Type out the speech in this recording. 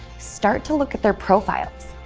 start to look at their profiles.